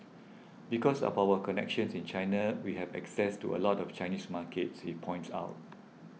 because of our connections in China we have access to a lot of Chinese markets he points out